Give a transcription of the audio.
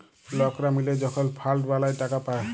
লকরা মিলে যখল ফাল্ড বালাঁয় টাকা পায়